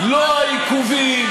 וזה הוכח היום.